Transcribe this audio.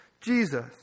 Jesus